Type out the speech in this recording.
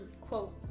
quote